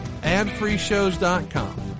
adfreeshows.com